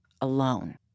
alone